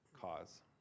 cause